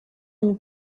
une